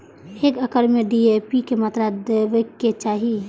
एक एकड़ में डी.ए.पी के मात्रा देबाक चाही?